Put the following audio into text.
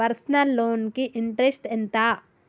Personal loan కి interest ఎంత?